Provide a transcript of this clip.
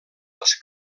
les